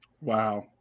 Wow